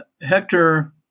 Hector